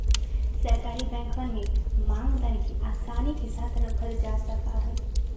सरकारी बैंकवन में मांग धन के आसानी के साथ रखल जा सका हई